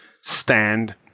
stand